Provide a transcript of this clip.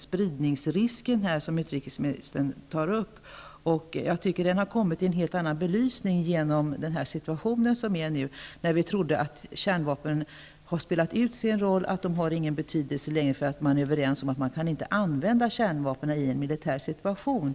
Spridningsrisken, som utrikesministern här också tar upp, tycker jag har kommit i en helt annan belysning än tidigare genom den nuvarande situationen. Vi trodde att kärnvapnen hade spelat ut sin roll, att de inte längre har någon betydelse därför att man är överens om att man inte kan använda kärnvapen i en militär situation.